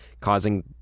causing